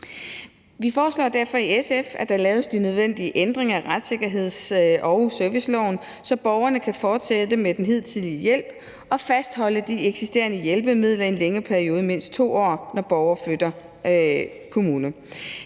Vi foreslår derfor i SF, at der laves de nødvendige ændringer i retssikkerhedsloven og serviceloven, så borgerne kan fortsætte med den hidtidige hjælp og fastholde de eksisterende hjælpemidler i en længere periode og i mindst 2 år, når borgerne flytter kommune.